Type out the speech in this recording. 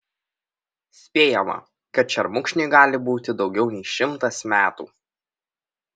spėjama kad šermukšniui gali būti daugiau nei šimtas metų